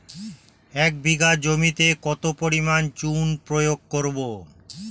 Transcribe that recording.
এক বিঘা জমিতে কত পরিমাণ চুন প্রয়োগ করব?